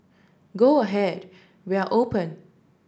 go ahead we are open